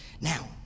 Now